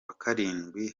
karindwi